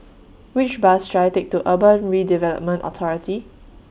Which Bus should I Take to Urban Redevelopment Authority